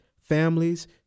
families